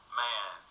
man